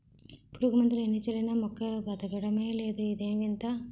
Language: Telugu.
పురుగుమందులు ఎన్ని చల్లినా మొక్క బదకడమే లేదు ఇదేం వింత?